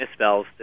misspells